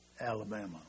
Alabama